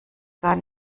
gar